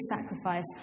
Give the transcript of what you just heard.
sacrifice